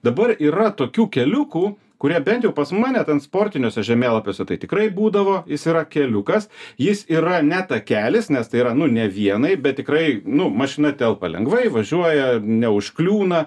dabar yra tokių keliukų kurie bent jau pas mane ten sportiniuose žemėlapiuose tai tikrai būdavo jis yra keliukas jis yra ne takelis nes tai yra nu ne vienai bet tikrai nu mašina telpa lengvai važiuoja neužkliūna